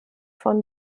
von